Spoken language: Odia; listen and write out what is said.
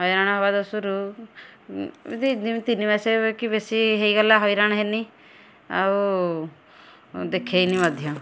ହଇରାଣ ହେବା ଦୋଷରୁ ଦୁଇ ତିନି ମାସେ କି ବେଶୀ ହୋଇଗଲା ହଇରାଣ ହେନି ଆଉ ଦେଖେଇନି ମଧ୍ୟ